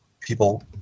people